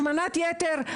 השמנת יתר,